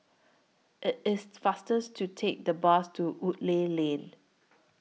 IT IS fasters to Take The Bus to Woodleigh Lane